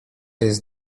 jest